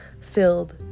filled